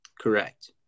Correct